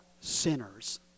sinners